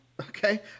okay